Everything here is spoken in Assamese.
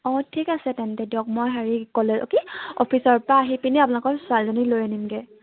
অঁ ঠিক আছে তেন্তে দিয়ক মই হেৰি ক'লে অ কি অফিচৰ পৰা আহিপিনি আপোনালোকৰ ছোৱালীজনী লৈ আনিমগৈ